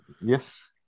yes